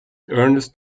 ernest